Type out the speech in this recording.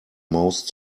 most